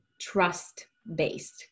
trust-based